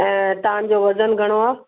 ऐं तव्हांजो वज़नु घणो आहे